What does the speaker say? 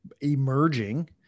emerging